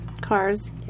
Cars